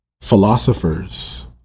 philosophers